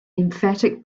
emphatic